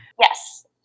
Yes